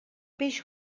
peix